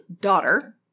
daughter